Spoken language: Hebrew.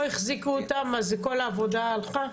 לא תחזקו את זה ואז כל העבודה הלכה?